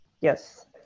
Yes